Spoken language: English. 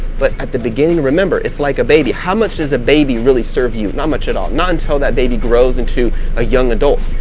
but at the beginning, remember, it's like a baby. how much does a baby really serve you? not much at all, not until that baby grows into a young adult,